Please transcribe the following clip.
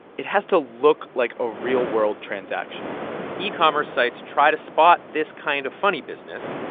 it has to look like a real-world transaction yeah e-commerce sites try to spot this kind of funny business.